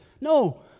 No